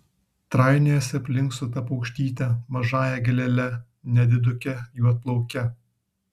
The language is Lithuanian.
trainiojasi aplink su ta paukštyte mažąja gėlele nediduke juodplauke